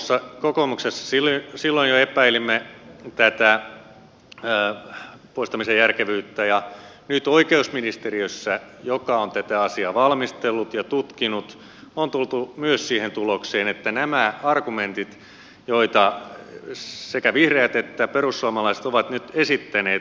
me kokoomuksessa silloin jo epäilimme poistamisen järkevyyttä ja nyt oikeusministeriössä joka on tätä asiaa valmistellut ja tutkinut on tultu myös siihen tulokseen että nämä argumentit joita sekä vihreät että perussuomalaiset ovat nyt esittäneet eivät päde